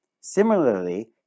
Similarly